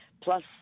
plus